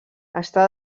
està